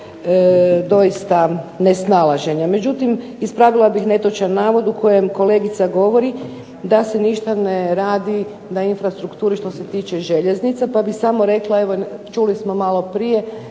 doista nesnalaženja. Međutim, ispravila bih netočan navod u kojem kolegica govori da se ništa ne radi na infrastrukturi što se tiče željeznice, pa bih samo rekla, čuli smo maloprije,